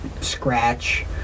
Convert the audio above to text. scratch